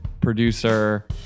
producer